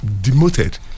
demoted